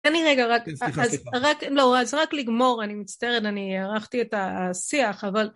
תן לי רגע רק, לא, אז רק לגמור, אני מצטערת, אני ערכתי את השיח אבל